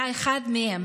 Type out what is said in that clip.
היה אחד מהם,